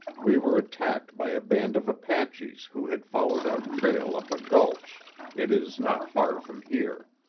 we were attacked by a band of apaches who had followed our trail up a gulch it is not far from here.